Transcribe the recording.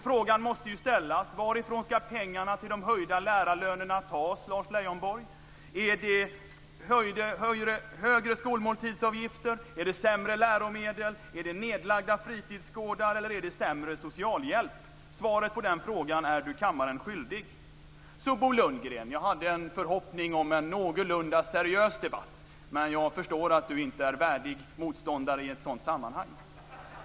Frågan måste ställas: Varifrån ska pengarna till de höjda lärarlönerna tas? Blir det högre skolmåltidsavgifter, sämre läromedel, nedlagda fritidsgårdar eller sämre socialhjälp? Svaret på den frågan är Lars Leijonborg kammaren skyldig. Jag hade en förhoppning om en någorlunda seriös debatt, Bo Lundgren. Men jag förstår att Bo Lundgren inte är en värdig motståndare i ett sådant sammanhang.